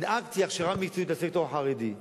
הנהגתי הכשרה מקצועית לסקטור החרדי.